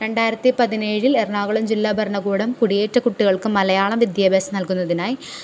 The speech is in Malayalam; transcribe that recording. രണ്ടായിരത്തി പതിനേഴിൽ എറണാകുളം ജില്ലാ ഭരണകൂടം കുടിയേറ്റ കുട്ടികൾക്കു മലയാളവിദ്യാഭ്യാസം നൽകുന്നതിനായി